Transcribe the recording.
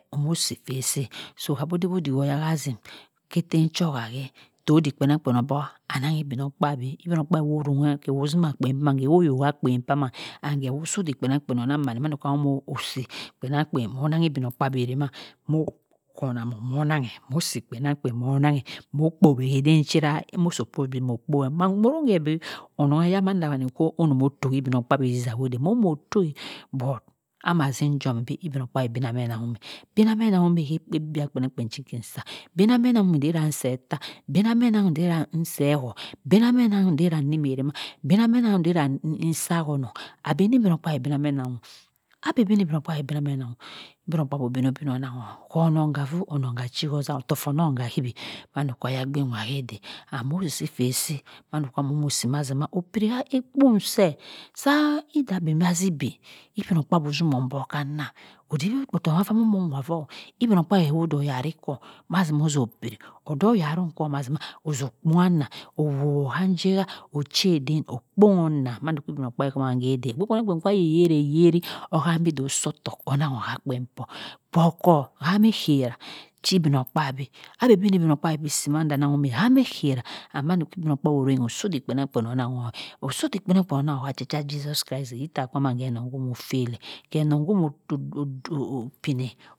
Omoh si phe say soh abo oddila ohya ho zim keh tem cho ha hay tay iddik kpenangkpen oboh anonghi igbi mogkpaabi. igbimogkpaabi woh roungaha keh zima akpien saman keh oh soh ddik kpenamkpen onang mane mando amoh si kpenangkpe moh naghi igbimogkpaabi erima moh khonemong moh nanghe kpowi eden cha moh suppose okpoweh mhan ronghe bi onongheyah wani omoh moh toh igbimogkpaabi ezizi yah hodey moh moh toeh but amah zin jom bi igbimogkpaabi binahmeh anang-humeh binahmeh kah bibia kpen-nki sah binahmeh inza seh hurt binamhe nanghum nzia rimewirima bona meh anonghum nzia sahornong igbimokpa-abi bina meh nangham abeh bani igbimo-gkpaabi igbimogkpabi obinah onangho onong ha vu onong ha chi ozong otohk funong ha hiqi mhando ho yagbinwa heday and moh si si phe si mando amoh si mazima opiri ha kpong seh hurt binamhe nanghum nzia rimewirima bona meh anonghum nzia sahornong igbimokpa-abi bina meh nanghum abeh bani igbimo-gkpaabi igbimogkpabi obinah onangho onong ha vu onong ha chi ozong otohk funong ha hiqi mhando ho yagbinwaheday and moh si si phe si mando amoh si mazima opiri ha kpong seh sah idah membah zi bhe igbimogkpaabi ozinoh mbock han nam odey bi ottoh wan amoh wah vorh igbimogkpaabi odey oyurum kwo ozoha kwungha owohn woh han jeha ocheden ogkpohonam mhando igbiaogkpaasi saman hedey ogbe kpenamkpen ayereh oyeri ohama bi osohm tohk onangho oha kpenkpo kpur kwumo ohami khara chi igbimog kpaabi abeni igbimogkpaabi sin ghayania ananghume haniekera and mando woh igbimogkpaabi osoh ddik kpenangkpen onangho osoh ddik kpenangkpen onangho che cha jesus christ itta kwaman onong homo fail tehkeh onong homo kpineh